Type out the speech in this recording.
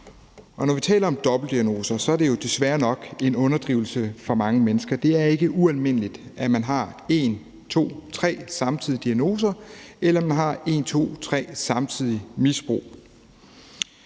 Når vi taler om dobbeltdiagnoser, er det jo desværre nok en underdrivelse for mange mennesker; det er ikke ualmindeligt, at man har en, to eller tre samtidige diagnoser, eller at man